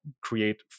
create